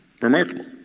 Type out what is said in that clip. Remarkable